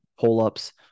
pull-ups